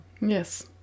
Yes